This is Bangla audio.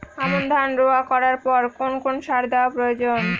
আমন ধান রোয়া করার পর কোন কোন সার দেওয়া প্রয়োজন?